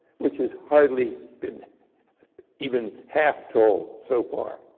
which has hardly, been even half told so far.